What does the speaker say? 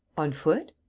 on foot?